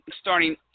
starting